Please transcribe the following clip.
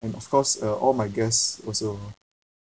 and of course uh all my guests also